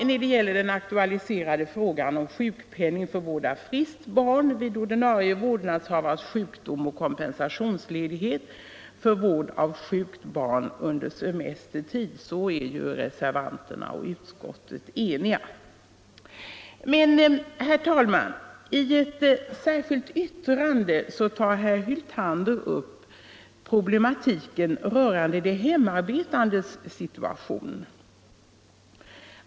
När det gäller den aktualiserade frågan om sjukpenning för vård av friskt barn vid ordinarie vårdnadshavares sjukdom och kompensationsledighet för vård av sjukt barn under semestertid är reservanterna och utskottsmajoriteten eniga. Men, herr talman, i ett särskilt yttrande tar herr Hyltander upp problematiken rörande de hemarbetandes situation.